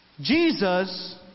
Jesus